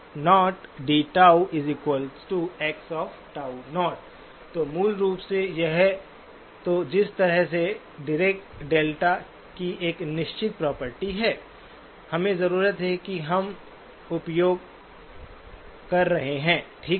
तो मूल रूप से या तो जिस तरह से डीरेक डेल्टा की एक निश्चित प्रॉपर्टी है हमें जरूरत है और हम उपयोग कर रहे हैं ठीक है